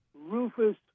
Rufus